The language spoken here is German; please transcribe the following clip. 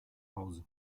hause